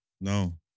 No